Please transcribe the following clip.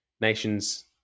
nations